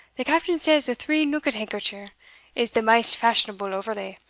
the captain says a three-nookit hankercher is the maist fashionable overlay,